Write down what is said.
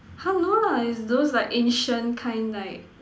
!huh! no lah it's those like ancient kind like